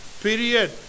period